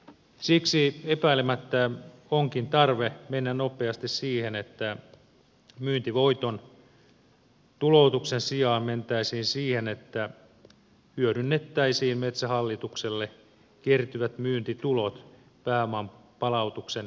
siksi epäilemättä onkin tarve mennä nopeasti siihen että myyntivoiton tuloutuksen sijaan hyödynnettäisiin metsähallitukselle kertyvät myyntitulot pääoman palautuksen kautta